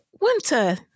Winter